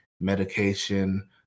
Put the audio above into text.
medication